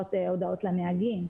ושולחות הודעות לנהגים,